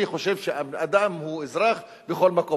אני חושב שאדם הוא אזרח בכל מקום.